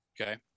okay